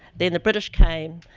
then the british came,